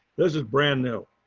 this is brand new,